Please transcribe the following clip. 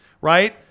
right